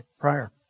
prior